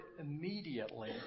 immediately